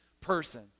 person